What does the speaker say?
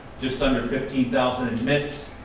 just under fifteen thousand admits,